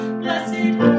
blessed